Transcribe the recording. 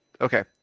Okay